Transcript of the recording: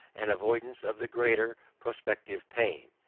and avoidance of the greater prospective pain.